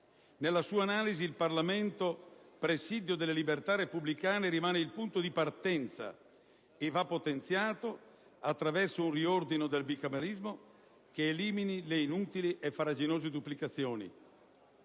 Nella sua analisi il Parlamento, presidio delle libertà repubblicane, rimane il punto di partenza e va potenziato attraverso un riordino del bicameralismo, che elimini le inutili e farraginose duplicazioni,